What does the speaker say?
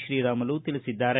ಶ್ರೀರಾಮುಲು ತಿಳಿಸಿದ್ದಾರೆ